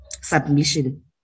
submission